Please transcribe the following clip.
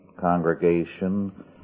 congregation